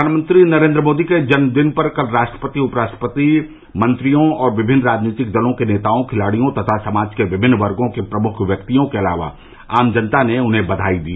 प्रधानमंत्री नरेन्द्र मोदी के जन्मदिन पर कल राष्ट्रपति उपराष्ट्रपति मंत्रियों और विभिन्न राजनीतिक दलों के नेताओं खिलाड़ियों तथा समाज के विभिन्न वर्गों के प्रमुख व्यक्तियों के अलावा आम जनता ने उन्हें बधाई दी